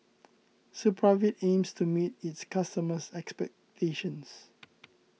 Supravit aims to meet its customers' expectations